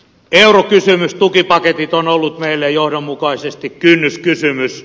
eurokysymystukipaketit ovat olleet meille johdonmukaisesti kynnyskysymys